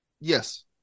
Yes